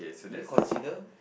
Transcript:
is it consider